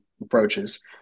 approaches